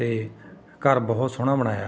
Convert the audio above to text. ਅਤੇ ਘਰ ਬਹੁਤ ਸੋਹਣਾ ਬਣਾਇਆ